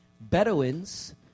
Bedouins